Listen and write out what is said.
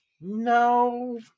no